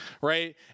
right